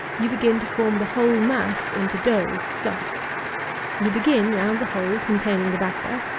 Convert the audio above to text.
you begin to form the whole mass into dough, thus you begin round the hole containing the batter,